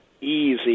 easy